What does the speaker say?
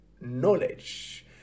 knowledge